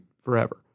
forever